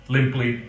Limply